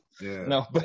No